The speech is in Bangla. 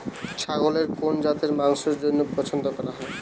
ছাগলের কোন জাতের মাংসের জন্য পছন্দ করা হয়?